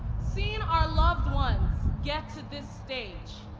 seeing our loved ones get to this stage.